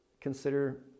consider